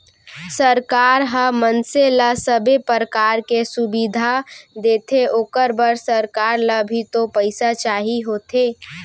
सरकार ह मनसे ल सबे परकार के सुबिधा देथे ओखर बर सरकार ल भी तो पइसा चाही होथे